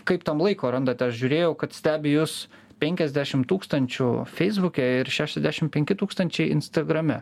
kaip tam laiko randate aš žiūrėjau kad stebi jus penkiasdešim tūkstančių feisbuke ir šešiasdešim penki tūkstančiai instagrame